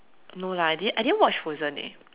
no lah I didn't I didn't watch frozen eh